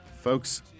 Folks